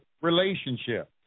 relationship